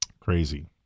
Crazy